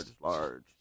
Large